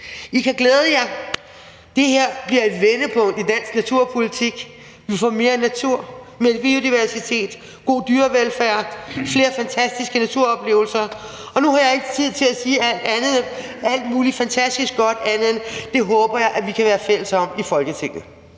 I kan glæde jer. Det her bliver et vendepunkt i dansk naturpolitik. Vi får mere natur, mere biodiversitet, god dyrevelfærd og flere fantastiske naturoplevelser. Og nu har jeg ikke tid til at sige alt det andet fantastiske gode andet end, at jeg håber, vi kan være fælles om det i Folketinget.